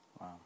Wow